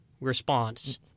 response